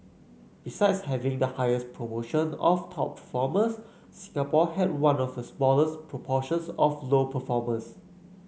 besides having the highest proportion of top performers Singapore had one of the smallest proportions of low performers